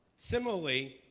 similarly,